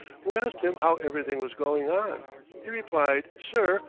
who asked him how everything was going on he replied, sir,